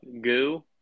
goo